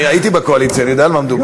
הייתי בקואליציה, אני יודע על מה מדובר.